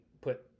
put